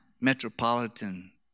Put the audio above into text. metropolitan